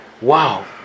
wow